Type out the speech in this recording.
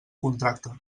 contracte